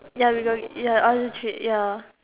ya we got it ya all this trip ya